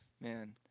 man